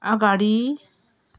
अगाडि